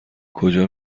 کجا